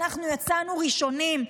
יצאנו ראשונים,